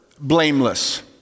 blameless